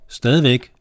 stadigvæk